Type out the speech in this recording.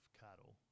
cattle